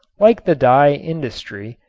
like the dye industry,